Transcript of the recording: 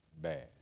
bad